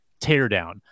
teardown